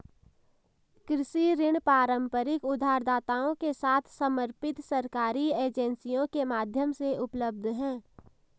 कृषि ऋण पारंपरिक उधारदाताओं के साथ समर्पित सरकारी एजेंसियों के माध्यम से उपलब्ध हैं